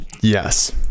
Yes